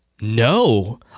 No